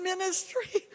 Ministry